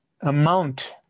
amount